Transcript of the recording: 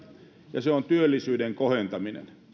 ja se on työllisyyden kohentaminen